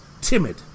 timid